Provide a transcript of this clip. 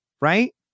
right